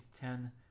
Ten